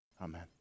Amen